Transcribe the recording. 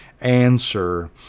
answer